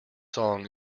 song